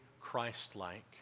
Christ-like